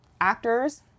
Actors